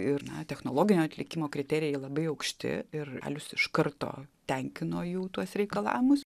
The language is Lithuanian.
ir technologinio atlikimo kriterijai labai aukšti ir alius iš karto tenkino jų tuos reikalavimus